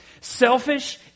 Selfish